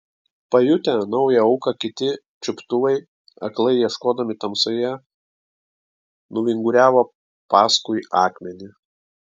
pajutę naują auką kiti čiuptuvai aklai ieškodami tamsoje nuvinguriavo paskui akmenį